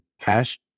cash